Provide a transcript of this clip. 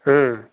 हूँ